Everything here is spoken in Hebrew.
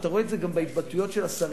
אתה רואה את זה בהתבטאויות השרים,